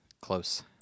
close